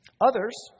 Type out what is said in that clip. Others